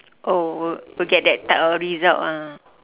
oh will will get that type of result ah